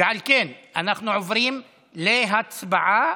ועל כן אנחנו עוברים להצבעה